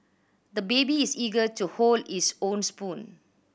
the baby is eager to hold his own spoon